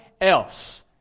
else